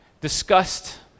discussed